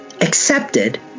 accepted